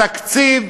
התקציב,